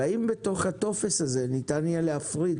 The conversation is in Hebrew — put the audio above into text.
האם בתוך הטופס הזה ניתן יהיה להפריד?